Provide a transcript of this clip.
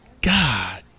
God